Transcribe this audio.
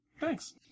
Thanks